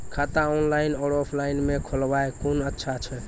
खाता ऑनलाइन और ऑफलाइन म खोलवाय कुन अच्छा छै?